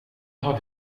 har